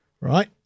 right